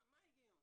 מה ההיגיון?